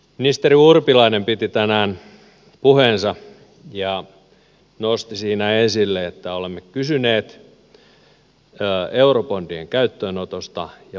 ministeri urpilainen piti tänään puheensa ja nosti siinä esille että olemme kysyneet eurobondien käyttöönotosta ja pankkiunionista